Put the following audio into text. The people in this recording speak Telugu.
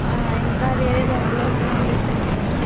ఇంకా వేరే రంగులేమన్నా చూపించండి